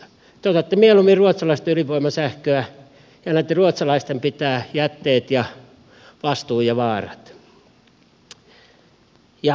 te otatte mieluummin ruotsalaista ydinvoimasähköä ja annatte ruotsalaisten pitää jätteet ja vastuun ja vaarat